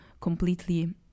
completely